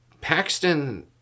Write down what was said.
Paxton